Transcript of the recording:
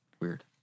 Weird